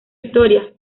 historia